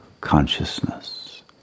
consciousness